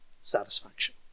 satisfaction